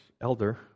elder